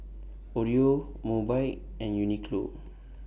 Oreo Mobike and Uniqlo